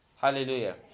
hallelujah